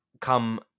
come